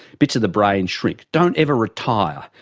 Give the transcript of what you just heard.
bits of the brain shrink. don't ever retire.